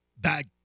back